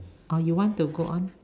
or you want to go on